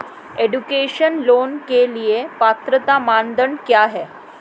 Education loan के लिए पात्रता मानदंड क्या है?